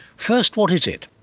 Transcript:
first, what is it?